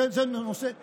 הצעת חוק.